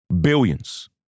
Billions